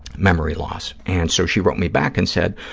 memory loss. and so, she wrote me back and said,